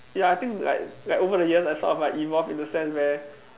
ya I think like like over the years I sort of like evolve in the sense where